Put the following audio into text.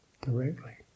directly